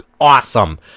Awesome